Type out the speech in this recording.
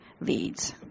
leads